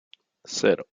cero